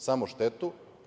Samo štetu.